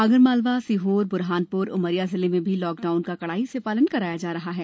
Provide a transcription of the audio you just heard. आगरमालवा सीहोर ब्रहानप्र उमरिया जिले में भी लॉकडाउन का कड़ाई से पालन कराया जा रहा है